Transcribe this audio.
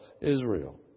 Israel